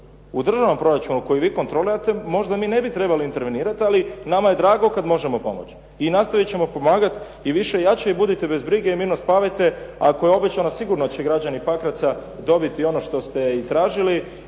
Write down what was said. u državnom proračunu koji vi kontrolirate, možda mi ne bi trebali intervenirati, ali nama je drago kad možemo pomoći i nastaviti ćemo pomagati i više i jače, i budite bez brige i mirno spavajte, ako je obećano, sigurno će građani Pakraca dobiti ono što ste i tražili